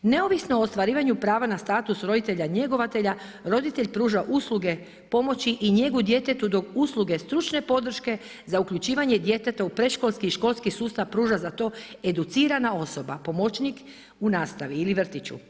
Neovisno o ostvarivanju prava na status roditelja njegovatelja, roditelj pruža usluge pomoći i njega djetetu dok usluge stručne pomoći, za uključivanje djeteta u predškolski i školski sustav pruža za to educirana osoba, pomoćnik u nastavi ili vrtiću.